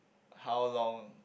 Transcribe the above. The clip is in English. how long